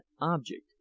object